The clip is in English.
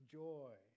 joy